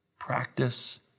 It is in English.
Practice